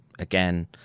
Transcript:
again